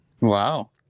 Wow